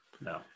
No